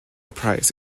prize